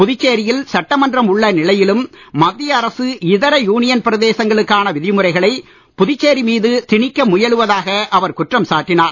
புதுச்சேரியில் சட்டமன்றம் உள்ள நிலையிலும் மத்திய அரசு இதர யூனியன் பிரதேசங்களுக்கான விதிமுறைகளை புதுச்சேரி மீது திணிக்க முயலுவதாக அவர் குற்றம் சாட்டினார்